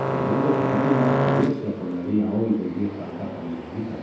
creyendo que nadie más que yo se acordaría hoy del viejo alcázar islamita